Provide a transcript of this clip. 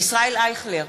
ישראל אייכלר,